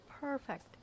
perfect